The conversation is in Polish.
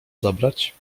zabrać